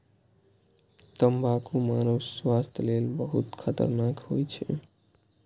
तंबाकू मानव स्वास्थ्य लेल बहुत खतरनाक होइ छै